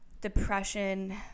Depression